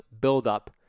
buildup